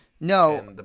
No